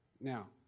Now